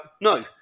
no